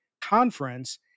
Conference